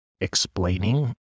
explaining